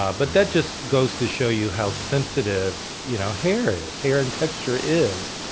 ah but that just goes to show you how sensitive you know hair is, hair and texture is,